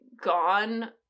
gone